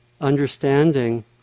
understanding